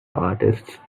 artists